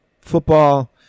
Football